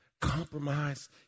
compromise